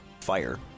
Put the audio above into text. fire